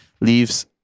leaves